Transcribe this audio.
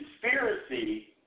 conspiracy